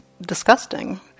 disgusting